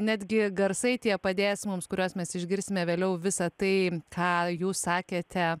netgi garsai tie padės mums kuriuos mes išgirsime vėliau visą tai ką jūs sakėte